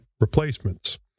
replacements